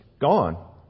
gone